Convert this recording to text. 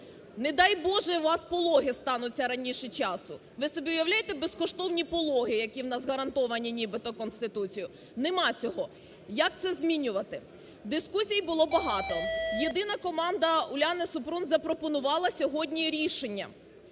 Не дай Боже, у вас пологи стануться раніше часу. Ви собі уявляєте безкоштовні пологи, які в нас гарантовані нібито Конституцією? Нема цього. Як це змінювати? Дискусій було багато. Єдина команда Уляни Супрун запропонувала сьогодні рішення.